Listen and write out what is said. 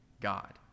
God